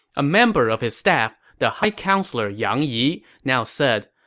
a member of his staff, the high counselor yang yi, now said,